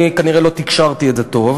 אני כנראה לא תקשרתי את זה טוב.